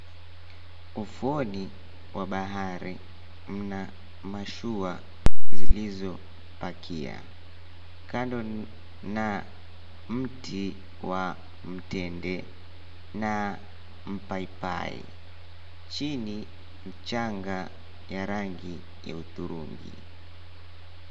Ufuoni wa bahari mna mashua zilizopakia kando na mti wa mtende na mpaipai. Chini mchanga ya rangi ya hudhurungi.